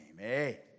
amen